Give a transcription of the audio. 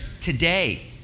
today